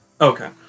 Okay